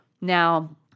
Now